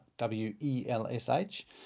W-E-L-S-H